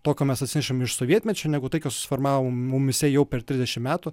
to ką mes atsinešam iš sovietmečio negu tai kas susiformavo mumyse jau per trisdešimt metų